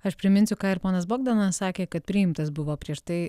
aš priminsiu ką ir ponas bogdanas sakė kad priimtas buvo prieš tai